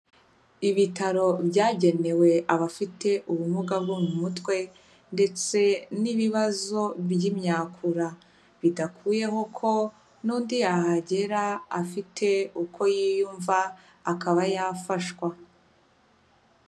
Ibitaro byagenewe abafite ubumuga bwo mu mutwe, ndetse n'ibibazo by'imyakura, bidakuyeho ko n'undi yahagera afite uko yiyumva akaba yafashwa.